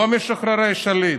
לא משוחררי שליט,